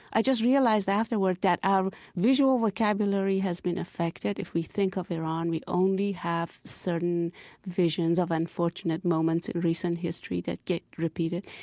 i just realized afterwards that our visual vocabulary has been affected. if we think of iran, we only have certain visions of unfortunate moments in recent history that get repeated.